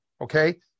okay